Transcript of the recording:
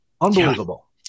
Unbelievable